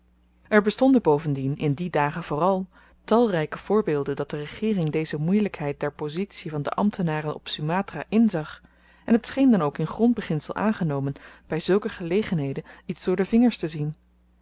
er bestonden bovendien in die dagen vooral talryke voorbeelden dat de regeering deze moeielykheid der pozitie van de ambtenaren op sumatra inzag en t scheen dan ook in grondbeginsel aangenomen by zulke gelegenheden iets door de vingers te zien